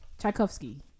Tchaikovsky